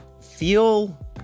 feel